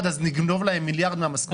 אז נגנוב להם מיליארד מהמשכורת שלהם?